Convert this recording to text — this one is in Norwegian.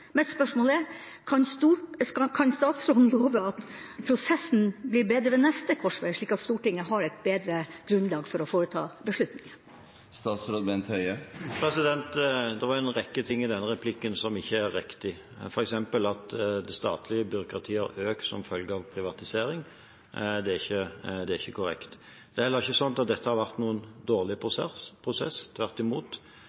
Mitt spørsmål er: Kan statsråden love at prosessen blir bedre ved neste korsvei, slik at Stortinget har et bedre grunnlag for å ta beslutning? Det var en rekke ting i denne replikken som ikke er riktig, f.eks. at det statlige byråkratiet har økt som følge av privatisering. Det er ikke korrekt. Det er heller ikke sånn at dette har vært noen dårlig prosess, tvert imot.